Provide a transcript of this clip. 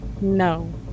No